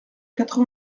quatre